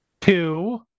two